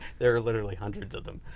there are literally hundreds of them.